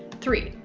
three,